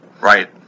Right